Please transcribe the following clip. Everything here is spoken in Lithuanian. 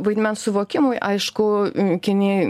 vaidmens suvokimui aišku kinijai